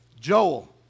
Joel